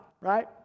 right